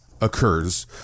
occurs